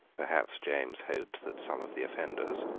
perhaps james hoped that some of the offenders,